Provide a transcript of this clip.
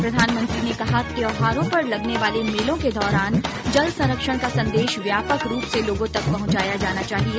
प्रधानमंत्री ने कहा त्यौहारों पर लगने वाले मेलों के दौरान जल संरक्षण का संदेश व्यापक रूप से लोगों तक पहुंचाया जाना चाहिये